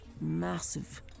massive